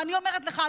ואני אומרת לך,